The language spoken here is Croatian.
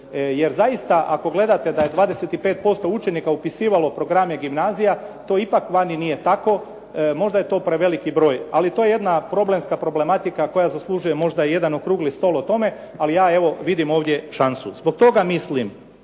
Jer zaista ako gledate da je 25% učenika upisivalo programe gimnazija, to ipak vani nije tako. Možda je to preveliki broj, ali to je jedna problemska problematika koja zaslužuje možda jedan okrugli stol o tome, ali ja evo, vidim ovdje šansu. Zbog toga mislim